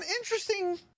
interesting